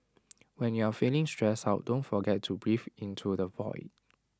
when you are feeling stressed out don't forget to breathe into the void